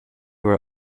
were